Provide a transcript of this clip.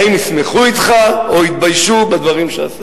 האם הם ישמחו אתך, או יתביישו בדברים שעשית?